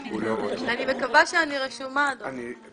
אז כמובן גם כמשרתי ציבור וגם